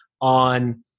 on